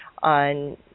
on